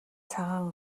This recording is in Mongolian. цагаан